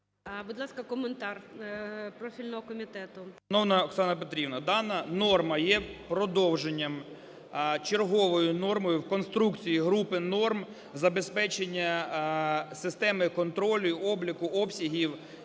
Будь ласка, коментар профільного комітету.